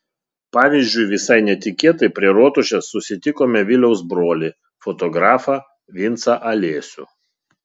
pavyzdžiui visai netikėtai prie rotušės susitikome viliaus brolį fotografą vincą alesių